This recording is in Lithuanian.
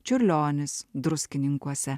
čiurlionis druskininkuose